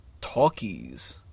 talkies